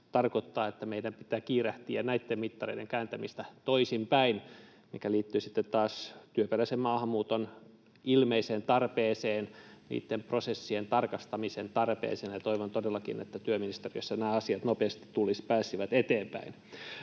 taas tarkoittaa, että meidän pitää kiirehtiä näitten mittareiden kääntämistä toisin päin — mikä liittyy sitten taas työperäisen maahanmuuton ilmeiseen tarpeeseen, niitten prosessien tarkastamisen tarpeeseen, ja toivon todellakin, että työministeriössä nämä asiat nopeasti pääsisivät eteenpäin.